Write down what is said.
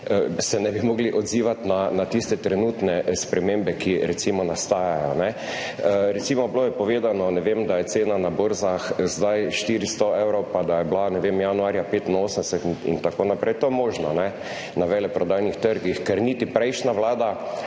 se ne bi mogli odzivati na tiste trenutne spremembe, ki recimo nastajajo. Recimo, bilo je povedano, ne vem, da je cena na borzah zdaj 400 evrov, pa da je bila, ne vem, januarja 85, itn. To je možno na veleprodajnih trgih, ker niti prejšnja vlada